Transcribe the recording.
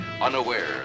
unaware